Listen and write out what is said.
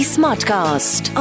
Smartcast